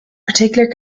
particular